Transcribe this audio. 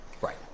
Right